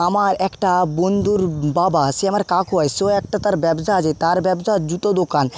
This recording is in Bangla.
আমার একটা বন্ধুর বাবা সে আমার এক কাকু হয় সেও একটা তার ব্যবসা আছে তার ব্যবসা জুতো দোকান